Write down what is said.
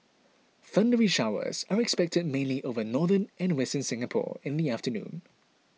thundery showers are expected mainly over northern and western Singapore in the afternoon